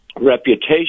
reputation